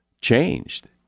changed